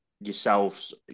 Yourselves